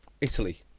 Italy